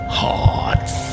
hearts